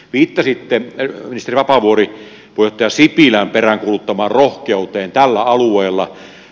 viittasitte ministeri vapaavuori puheenjohtaja sipilän peräänkuuluttamaan rohkeuteen tällä alueella